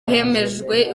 hemejwe